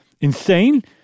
Insane